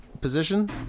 position